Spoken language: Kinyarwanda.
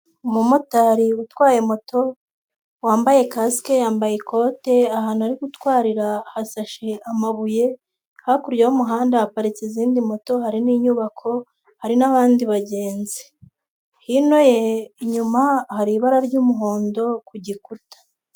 Umumotari utwaye moto wambaye kasike, yambaye ikote ahantu nari gutwarira hasashe amabuye, hakurya y'umuhanda haparitse izindi moto hari n'inyubako, hari n'abandi bagenzi, hino ye inyuma hari ibara ry'umuhondo ku gikuta.